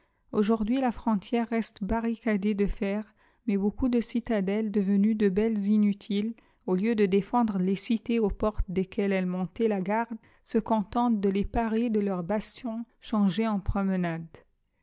aujourd'hui la frontière reste barricadée de fer mais beaucoup de citadelles devenues de belles inutiles au lieu de défendre les cités aux portes desquelles elles montaient la garde se contentent de les parer de leurs bastions changés en promenades